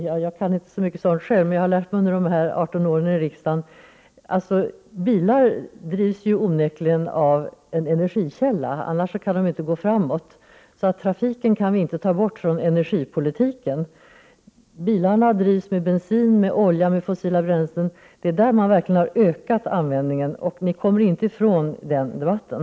Jag kan inte så mycket av sådant själv, men jag har under mina 18 år i riksdagen lärt mig att bilar onekligen drivs av en energikälla — annars kan de inte gå framåt. Trafiken kan vi alltså inte utesluta från energipolitiken. Bilarna drivs med bensin, med olja — med fossila bränslen. Det är på det området man verkligen har ökat användningen, och ni kommer inte ifrån den debatten.